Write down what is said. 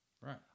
Right